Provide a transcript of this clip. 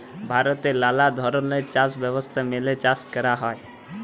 ভারতে লালা ধরলের চাষ ব্যবস্থা মেলে চাষ ক্যরা হ্যয়